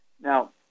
Now